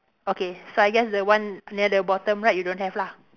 okay so I guess the one near the bottom right you don't have lah